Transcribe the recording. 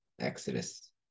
Exodus